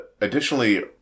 additionally